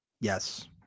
yes